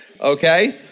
Okay